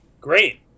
Great